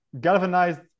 galvanized